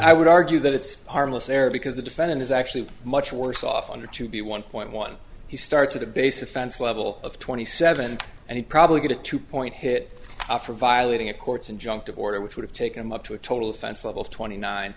i would argue that it's harmless error because the defendant is actually much worse off under to be one point one he starts at the base offense level of twenty seven and he'd probably get a two point hit after violating a court's injunctive order which would have taken him up to a total offense level twenty nine